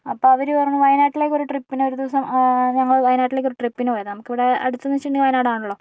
അപ്പോൾ അവര് പറഞ്ഞു വയനാട്ടിലേക്കൊരു ട്രിപ്പിന് ഒരു ദിവസം ഞങ്ങള് വയനാട്ടിലേക്കൊരു ട്രിപ്പിന് പോയതാ നമുക്കിവിടെ അടുത്തതെന്ന് വെച്ചിട്ടുണ്ടെങ്കിൽ വയനാടാണല്ലോ